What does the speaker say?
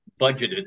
budgeted